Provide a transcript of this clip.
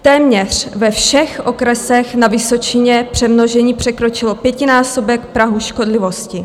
Téměř ve všech okresech na Vysočině přemnožení překročilo pětinásobek prahu škodlivosti.